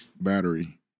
battery